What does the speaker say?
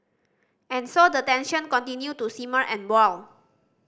and so the tension continue to simmer and boil